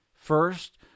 first